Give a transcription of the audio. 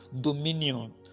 dominion